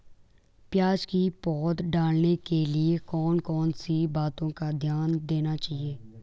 प्याज़ की पौध डालने के लिए कौन कौन सी बातों का ध्यान देना चाहिए?